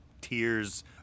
tears